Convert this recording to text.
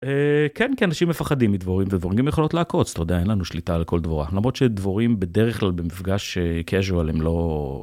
כן כי אנשים מפחדים מדבורים ודבורים יכולות לעקוץ אתה יודע אין לנו שליטה על כל דבורה למרות שדבורים בדרך כלל במפגש casual הם לא.